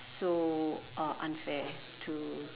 so uh unfair to